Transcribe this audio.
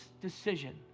decision